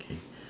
K